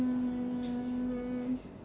um